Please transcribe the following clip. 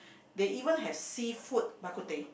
they even have seafood Bak-kut-teh